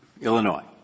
Illinois